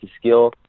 skill